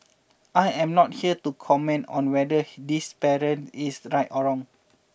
I am not here to comment on whether this parent is right or wrong